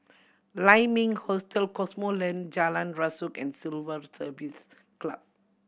Lai Ming Hostel Cosmoland Jalan Rasok and Civil Service Club